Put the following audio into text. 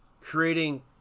creating